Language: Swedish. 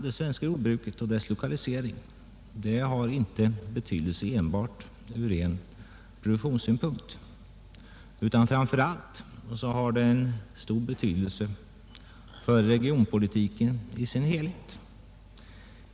Det svenska jordbruket och dess lokalisering har betydelse inte enbart från produktionssynpunkt utan framför allt för regionpolitiken i dess helhet.